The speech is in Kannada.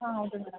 ಹಾಂ ಹೌದು ಮೇಡಮ್